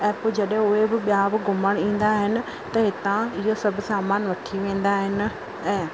ऐं पोइ जॾहिं उहे बि ॿियां बि घुमण ईंदा आहिनि त हितां इहो सभु सामानु वठी वेंदा आहिनि ऐं